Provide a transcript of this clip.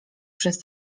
przez